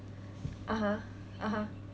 (uh huh) (uh huh)